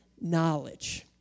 knowledge